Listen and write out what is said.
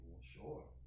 Sure